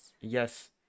Yes